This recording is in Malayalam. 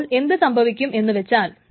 അപ്പോൾ എന്തു സംഭവിക്കും എന്നു വച്ചാൽ